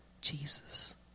Jesus